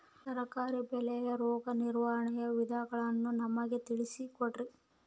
ತರಕಾರಿ ಬೆಳೆಯ ರೋಗ ನಿರ್ವಹಣೆಯ ವಿಧಾನಗಳನ್ನು ನಮಗೆ ತಿಳಿಸಿ ಕೊಡ್ರಿ?